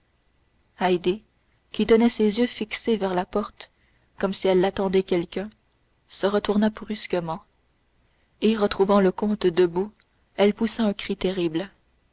qui tenait ses yeux fixés vers la porte comme si elle attendait quelqu'un se retourna brusquement et retrouvant le comte debout elle poussa un cri terrible